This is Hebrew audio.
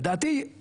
לדעתי,